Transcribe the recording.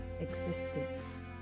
existence